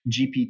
GPT